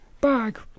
bag